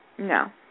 No